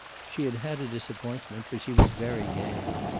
she had had a disappointment, but she was very game.